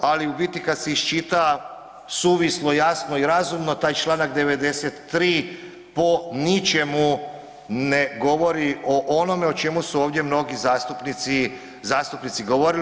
Ali u biti kad se iščita suvislo, jasno i razumno taj članak 93. po ničemu ne govori o onome o čemu su ovdje mnogi zastupnici govorili.